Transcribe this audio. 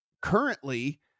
currently